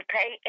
pay